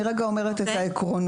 אני רגע אומרת את העקרונות,